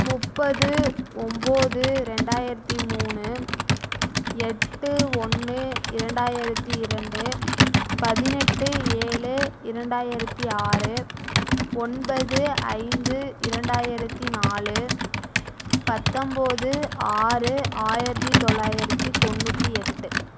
முப்பது ஒம்போது ரெண்டாயிரத்தி மூணு எட்டு ஒன்று இரண்டாயிரத்தி இரண்டு பதினெட்டு ஏழு இரண்டாயிரத்தி ஆறு ஒன்பது ஐந்து இரண்டாயிரத்தி நாலு பத்தொம்போது ஆறு ஆயிரத்தி தொள்ளாயிரத்தி தொண்ணூற்றி எட்டு